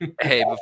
Hey